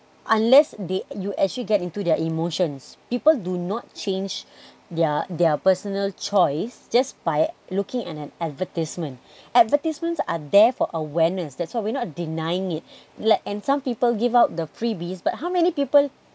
unless they you actually get into their emotions people do not change their their personal choice just by looking at an advertisement advertisements are there for awareness that's why we not denying it let and some people give out the freebies but how many people